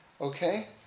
Okay